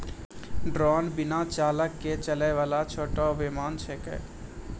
drone बिना चालक के चलै वाला छोटो विमान छेकै